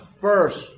first